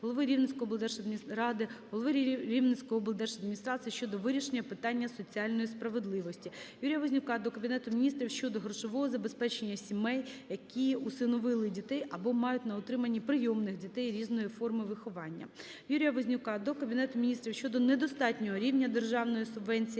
голови Рівненської облдержадміністрації щодо вирішення питання соціальної справедливості. Юрія Вознюка до Кабінету Міністрів України щодо грошового забезпечення сімей, які усиновили дітей або мають на утриманні прийомних дітей різної форми виховання. Юрія Вознюка до Кабінету Міністрів України щодо недостатнього рівня державної субвенції